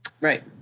Right